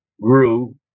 grew